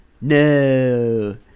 No